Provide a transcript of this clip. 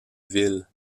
ville